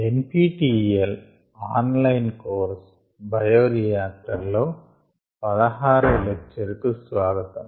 NPTEL online course bioreactor లో 16 వ lecture కు స్వాగతం